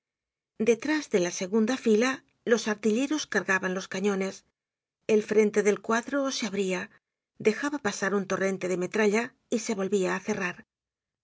detrás de la segunda fila los artilleros cargaban los cañones el frente del cuadro se abria dejaba pasar un torrente de metralla y se volvía acerrar